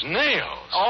nails